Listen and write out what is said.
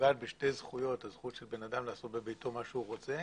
שנוגעת בשתי זכויות הזכות של בן אדם לעשות בביתו מה שהוא רוצה,